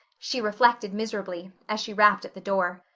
she reflected miserably, as she rapped at the door.